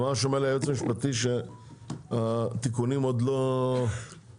אמר לי היועץ המשפטי שהתיקונים עוד לא נסגרו,